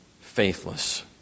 faithless